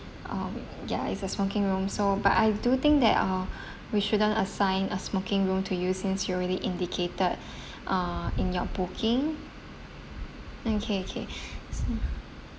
um ya is a smoking room so but I do think that uh we shouldn't assign a smoking room to you since you already indicated uh in your booking okay okay so